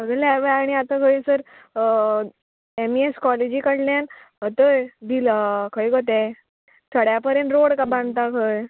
सगले हांवें आणी आतां खंयसर एम एस कॉलेजी कडल्यान अथंय बिला खंय गो ते थोड्या पर्यंत रोड बांदता खंय